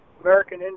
American